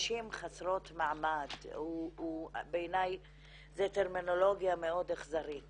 לנשים חסרות מעמד הוא בעיני טרמינולוגיה מאוד אכזרית